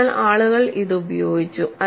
അതിനാൽ ആളുകൾ ഇത് ഉപയോഗിച്ചു